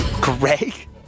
Greg